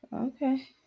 Okay